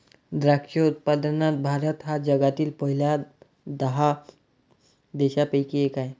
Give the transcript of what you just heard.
द्राक्ष उत्पादनात भारत हा जगातील पहिल्या दहा देशांपैकी एक आहे